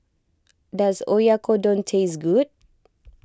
does Oyakodon taste good